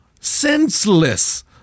senseless